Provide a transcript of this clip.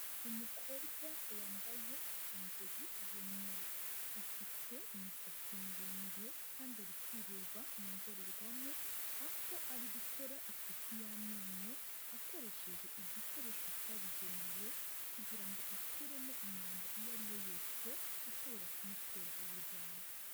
Umukobwa wambaye isengeri y'umweru, afite imisatsi miremire kandi ari kwireba mu ndorerwamo, aho ari gukora isuku y'amenyo akoresheje igikoresho cyabugenewe kugira ngo akuremo imyanda iyo ari yo yose ishobora kumutera uburwayi.